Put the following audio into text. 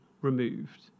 removed